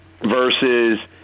versus